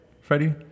Freddie